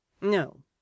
No